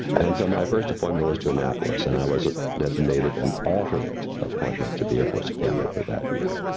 and so, my first appointment was to annapolis and i was ah designated to an alternate appointment to the air force academy for that year,